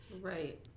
right